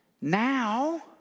Now